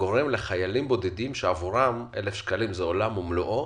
גורם לחיילים בודדים שעבורם 1,000 שקלים זה עולם ומלואו,